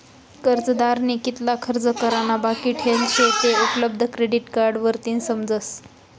कर्जदारनी कितला खर्च करा ना बाकी ठेल शे ते उपलब्ध क्रेडिट वरतीन समजस